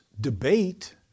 debate